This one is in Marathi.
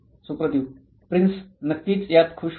सुप्रातिव प्रिन्स नक्कीच यात खूष होईल